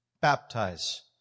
baptize